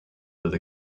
with